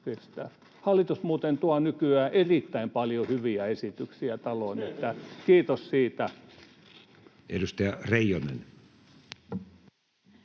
Hallitus muuten tuo nykyään erittäin paljon hyviä esityksiä taloon. Kiitos siitä! [Speech